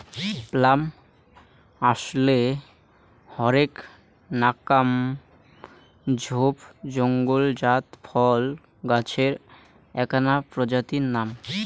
plum আশলে হরেক নাকান ঝোপ জঙলজাত ফল গছের এ্যাকনা প্রজাতির নাম